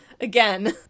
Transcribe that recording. again